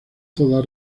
toda